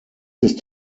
ist